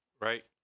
Right